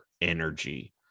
energy